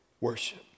worship